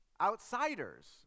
outsiders